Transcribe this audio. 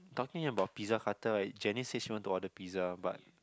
talking about Pizza Hutter right Janice said she want to order pizza but